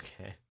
Okay